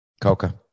Coca